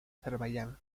azerbaiyán